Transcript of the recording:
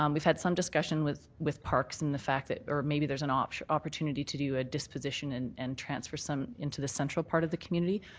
um we've had some discussion with with parks and the fact or maybe there's an um opportunity to do a disposition and and transfer some into the central part of the community.